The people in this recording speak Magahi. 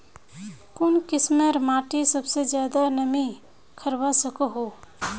कुन किस्मेर माटी सबसे ज्यादा नमी रखवा सको हो?